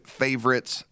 favorites